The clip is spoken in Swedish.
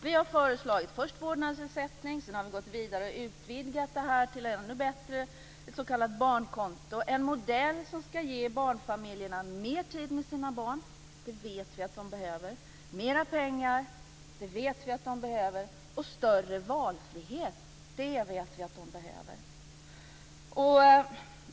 Vi har först föreslagit vårdnadsersättning och sedan gått vidare och utvidgat det till att bli ännu bättre, ett s.k. barnkonto: en modell som ska ge barnfamiljerna mer tid med sina barn - det vet vi att de behöver; mera pengar - det vet vi att de behöver; större valfrihet - det vet vi att de behöver.